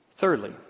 Thirdly